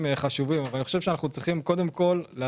אבל אני חושב שאנחנו קודם כל צריכים